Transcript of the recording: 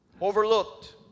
overlooked